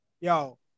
Yo